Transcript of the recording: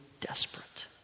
desperate